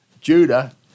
Judah